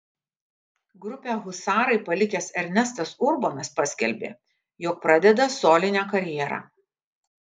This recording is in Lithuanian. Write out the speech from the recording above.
grupę husarai palikęs ernestas urbonas paskelbė jog pradeda solinę karjerą